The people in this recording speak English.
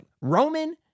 Roman